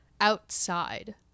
outside